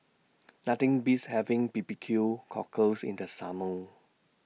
Nothing Beats having B B Q Cockles in The Summer